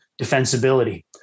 defensibility